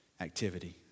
activity